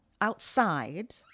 outside